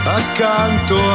accanto